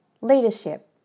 Leadership